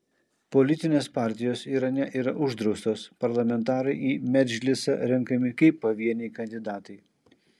politinės partijos irane yra uždraustos parlamentarai į medžlisą renkami kaip pavieniai kandidatai